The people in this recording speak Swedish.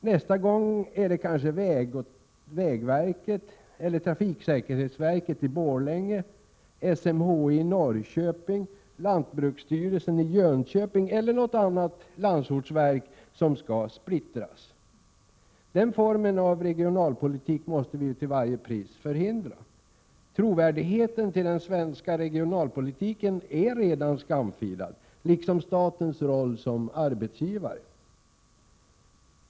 Nästa gång är det kanske vägverket eller trafiksäkerhetsverket i Borlänge, SMHI i Norrköping, lantbruksstyrelsen i Jönköping eller något annat landsortsverk som skall splittras. Den formen av regionalpolitik måste vi till varje pris förhindra. Den svenska regionalpolitikens trovärdighet är redan skamfilad, liksom statens rykte som arbetsgivare.